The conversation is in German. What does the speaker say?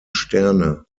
sterne